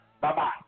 Bye-bye